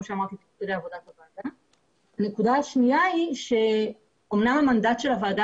הנקודה השנייה היא שאמנם המנדט של הוועדה